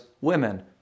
women